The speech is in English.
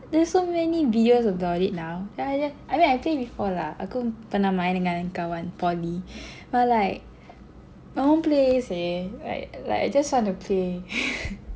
there's so many videos about it now then I I mean I played before lah aku pernah main dengan kawan poly I was like I want play seh like like I just want to play